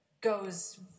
goes